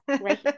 right